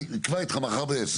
אני אקבע איתך מחר ב-10:00.